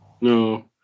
No